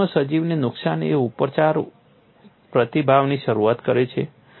પ્રકૃતિમાં સજીવને નુકસાન એ ઉપચાર પ્રતિભાવની શરૂઆત કરે છે